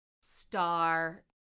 Star